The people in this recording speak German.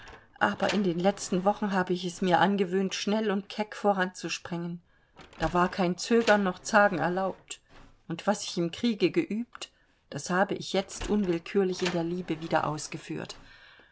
aber in den letzten wochen habe ich es mir angewöhnt schnell und keck voranzusprengen da war kein zögern noch zagen erlaubt und was ich im kriege geübt das habe ich jetzt unwillkürlich in der liebe wieder ausgeführt